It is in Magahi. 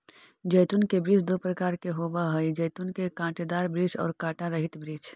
जैतून के वृक्ष दो प्रकार के होवअ हई जैतून के कांटेदार वृक्ष और कांटा रहित वृक्ष